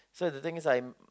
so the thing is I'm